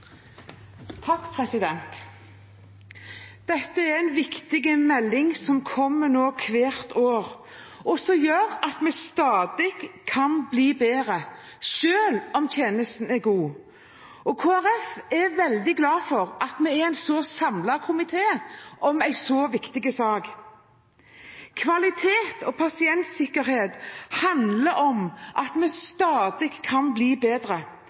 Dette er en viktig melding, som nå kommer hvert år, og som gjør at vi stadig kan bli bedre selv om tjenesten er god. Kristelig Folkeparti er veldig glad for at vi er en så samlet komité om en så viktig sak. Kvalitet og pasientsikkerhet handler om at vi stadig kan bli bedre.